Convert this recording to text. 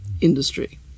industry